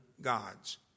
gods